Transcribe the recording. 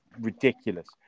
ridiculous